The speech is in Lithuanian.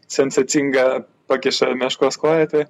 sensacinga pakiša meškos koją tai